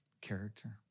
character